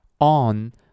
on